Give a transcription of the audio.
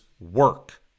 work